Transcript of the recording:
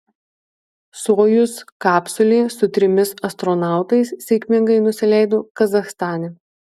sojuz kapsulė su trimis astronautais sėkmingai nusileido kazachstane